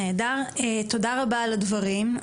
תודה רבה על הדברים.